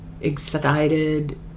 excited